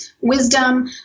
wisdom